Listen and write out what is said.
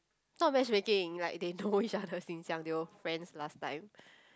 not matchmaking like they know each other since young they were friends last time